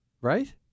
right